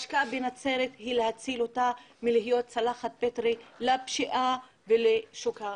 השקעה בנצרת היא להציל אותה מלהיות צלחת פטרי לפשיעה ולשוק האפור.